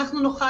אנחנו נוכל,